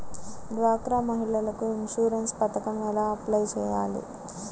డ్వాక్రా మహిళలకు ఇన్సూరెన్స్ పథకం ఎలా అప్లై చెయ్యాలి?